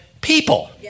people